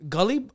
Gully